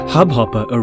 Hubhopper